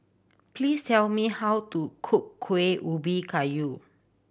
please tell me how to cook Kueh Ubi Kayu